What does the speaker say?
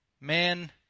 man